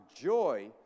joy